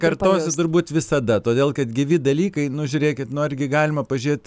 kartosiu turbūt visada todėl kad gyvi dalykai nu žiūrėkit nu argi galima pažiūrėti